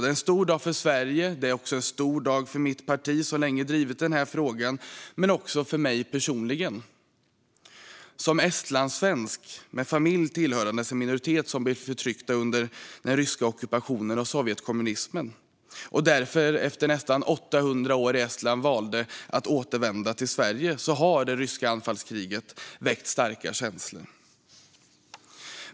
Det är en stor dag för Sverige, och det är en stor dag för mitt parti som länge har drivit frågan och även för mig personligen. Som estlandssvensk med familj tillhörandes en minoritet som blev förtryckta under den ryska ockupationen och sovjetkommunismen, och därför efter nästan 800 år i Estland valde att återvända till Sverige, har det ryska anfallskriget väckt starka känslor.